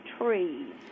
Trees